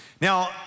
Now